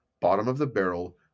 bottom-of-the-barrel